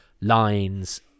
lines